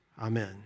Amen